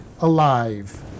alive